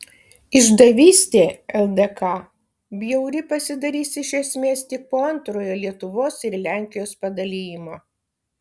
išdavystė ldk bjauri pasidarys iš esmės tik po antrojo lietuvos ir lenkijos padalijimo